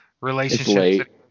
relationships